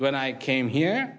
when i came here